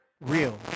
real